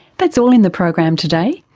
that's all in the program today.